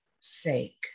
sake